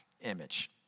image